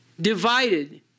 divided